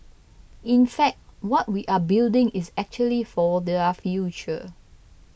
in fact what we are building is actually for their future